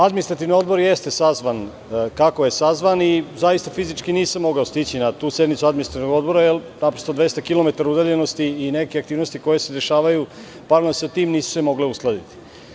Administrativni odbor jeste sazvan kako je sazvan i zaista fizički nisam mogao stići na tu sednicu Administrativnog odbora, jer naprosto 200 kilometara udaljenosti i neke aktivnosti koje se dešavaju paralelno sa tim, nisu se mogle uskladiti.